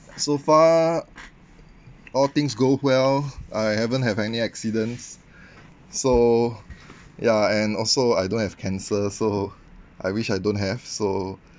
so far all things go well I haven't have any accidents so yeah and also I don't have cancer so I wish I don't have so